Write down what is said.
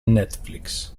netflix